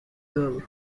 girl